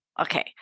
Okay